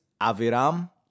Aviram